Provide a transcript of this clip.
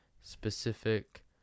specific